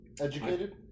educated